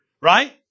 right